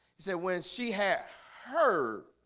said when she had heard